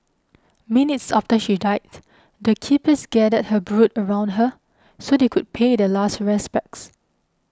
minutes after she died the keepers gathered her brood around her so they could pay their last respects